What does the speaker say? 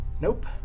Nope